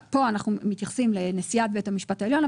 פה אנחנו מתייחסים לנשיאת בית המשפט העליון,